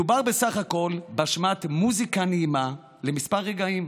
מדובר בסך הכול בהשמעת מוזיקה נעימה לכמה רגעים.